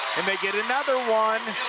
and they get another one.